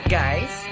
guys